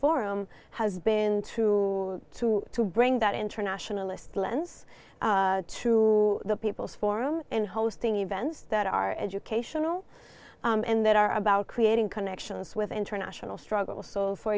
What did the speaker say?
forum has been to to to bring that internationalist lens to the people's forum and hosting events that are educational and that are about creating connections with international struggles for